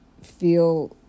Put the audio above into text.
feel